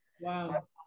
Wow